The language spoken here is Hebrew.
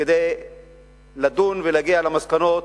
לדון ולהגיע למסקנות